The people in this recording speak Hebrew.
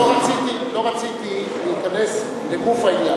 לא רציתי להיכנס לגוף העניין,